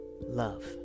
love